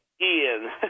Ian